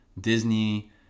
Disney